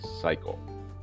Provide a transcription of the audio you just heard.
cycle